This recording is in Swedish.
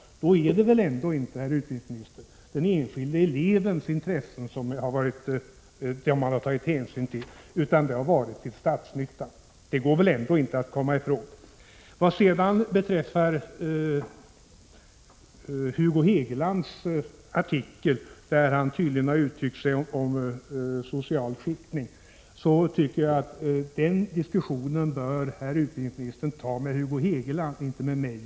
Men då är det väl ändå inte, herr utbildningsminister, den enskilde elevens intressen som man har tagit hänsyn till utan statsnyttans — det går det väl inte att komma ifrån. Sedan något om Hugo Hegelands artikel, i vilken herr Hegeland tydligen har uttalat sig om social skiktning. Den diskussionen bör utbildningsministern föra med Hugo Hegeland och inte med mig.